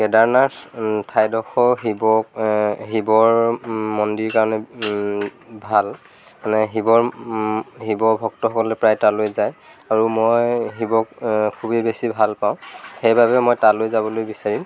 কেদাৰনাথ ঠাইডোখৰ শিৱ শিৱৰ মন্দিৰ কাৰণে ভাল মানে শিৱৰ শিৱৰ ভক্তসকলে তালৈ যায় আৰু মই শিৱক খুবেই বেছি ভাল পাওঁ সেইবাবে মই তালৈ যাবলৈ বিচাৰিম